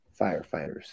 firefighters